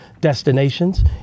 destinations